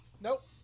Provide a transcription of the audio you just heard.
Nope